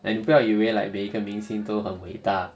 and 不要以为 like 每个明星都很伟大